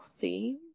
theme